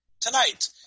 tonight